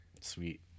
Sweet